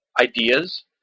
ideas